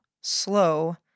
slow